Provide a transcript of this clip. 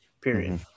period